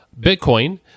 Bitcoin